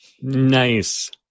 Nice